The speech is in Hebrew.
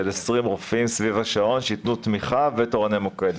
20 רופאים סביב השעון שיתנו תמיכה ותורני מוקד.